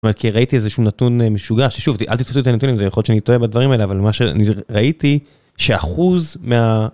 כי ראיתי איזשהו נתון משוגע, שוב אל תתפסו אותי על הנתונים, זה יכול להיות שאני טועה בדברים האלה, אבל מה שראיתי שאחוז מה...